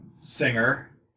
singer